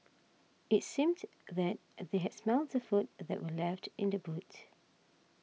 it seemed that they had smelt the food that were left in the boot